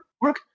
work